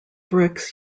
bricks